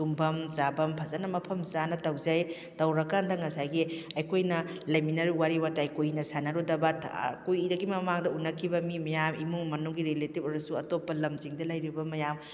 ꯇꯨꯝꯐꯝ ꯆꯥꯐꯝ ꯐꯖꯅ ꯃꯐꯝ ꯆꯥꯅ ꯇꯧꯖꯩ ꯇꯧꯔꯀꯥꯟꯗ ꯉꯁꯥꯏꯒꯤ ꯑꯩꯈꯣꯏꯅ ꯂꯩꯃꯤꯟꯅꯔ ꯋꯥꯔꯤ ꯋꯥꯇꯥꯏ ꯀꯨꯏꯅ ꯁꯥꯟꯅꯔꯨꯗꯕ ꯀꯨꯏꯅꯗꯒꯤ ꯃꯃꯥꯡꯗ ꯎꯅꯈꯤꯕ ꯃꯤ ꯃꯌꯥꯝ ꯏꯃꯨꯡ ꯃꯅꯨꯡꯒꯤ ꯔꯤꯂꯦꯇꯤꯚ ꯑꯣꯏꯔꯁꯨ ꯑꯇꯣꯞꯄ ꯂꯝꯁꯤꯡꯗ ꯂꯩꯔꯤꯕ ꯃꯌꯥꯝ